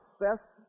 Best